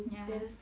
ya